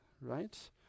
right